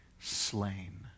slain